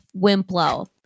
Wimplo